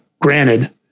granted